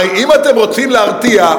הרי אם אתם רוצים להרתיע,